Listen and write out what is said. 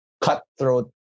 cutthroat